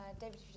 David